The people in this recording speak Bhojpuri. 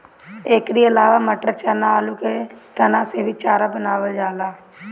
एकरी अलावा मटर, चना, आलू के तना से भी चारा बनावल जाला